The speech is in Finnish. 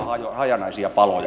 liikaa hajanaisia paloja